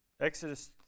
Exodus